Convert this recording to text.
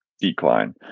decline